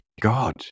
God